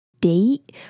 date